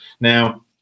Now